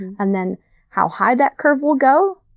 and then how high that curve will go.